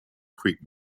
creek